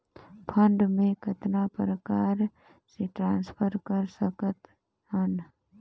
Fund मे कतना प्रकार से ट्रांसफर कर सकत हन?